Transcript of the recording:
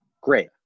Great